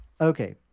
okay